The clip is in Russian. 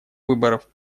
выборов